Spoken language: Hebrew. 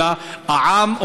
אלא העם,